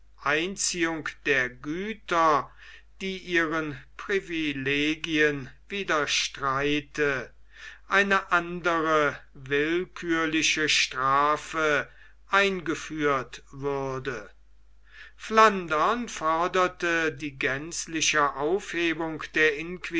einziehung der güter die ihren privilegien widerstreite eine andere willkürliche strafe eingeführt würde flandern forderte die gänzliche aufhebung der